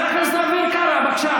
אתה כנראה לא מכיר,